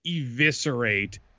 eviscerate